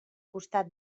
costat